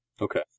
Okay